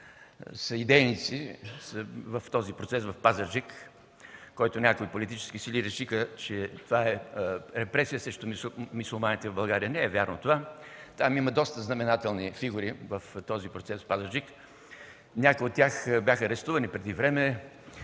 съидейници са в процеса в Пазарджик, който някои политически сили решиха, че е репресия срещу мюсюлманите в България. Не е вярно това! Там има доста знаменателни фигури в този процес в Пазарджик. Някои от тях бяха арестувани преди време,